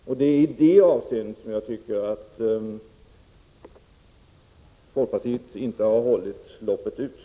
Och det är i det avseendet som jag tycker att folkpartiet inte har hållit loppet ut.